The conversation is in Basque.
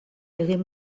egin